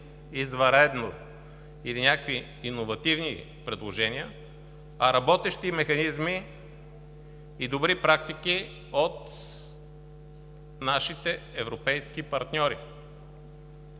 извънредни или някакви иновативни предложения, а работещи механизми и добри практики от нашите европейски партньори.